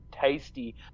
tasty